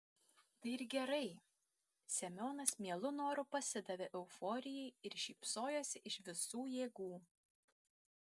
tai ir gerai semionas mielu noru pasidavė euforijai ir šypsojosi iš visų jėgų